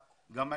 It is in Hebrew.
אחרת.